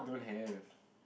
don't have